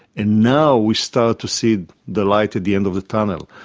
and now we start to see the light at the end of the tunnel.